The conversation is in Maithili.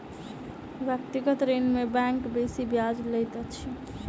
व्यक्तिगत ऋण में बैंक बेसी ब्याज लैत अछि